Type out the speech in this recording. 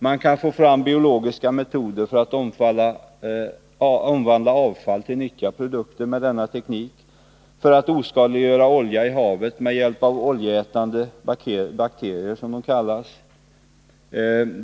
Man kan få fram biologiska metoder för att omvandla avfall till nyttiga produkter med denna teknik. Man kan oskadliggöra olja i havet med hjälp av oljeätande bakterier, som de kallas.